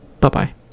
Bye-bye